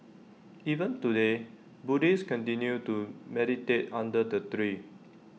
even today Buddhists continue to meditate under the tree